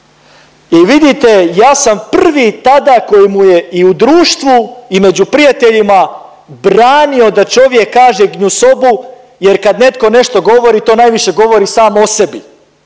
i vidite ja sam prvi tada koji mu je i u društvu i među prijateljima branio da čovjek kaže gnjusobu jer kad netko nešto govori to najviše govori sam o sebi